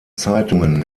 zeitungen